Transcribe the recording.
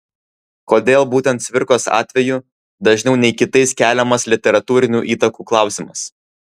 kodėl būtent cvirkos atveju dažniau nei kitais keliamas literatūrinių įtakų klausimas